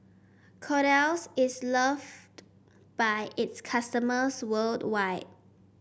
Kordel's is loved by its customers worldwide